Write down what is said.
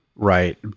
right